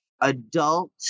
adult